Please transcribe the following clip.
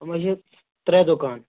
تِم حظ چھِ ترٛےٚ دُکان